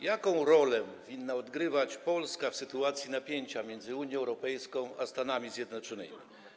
Jaką rolę winna odgrywać Polska w sytuacji napięcia między Unią Europejską a Stanami Zjednoczonymi?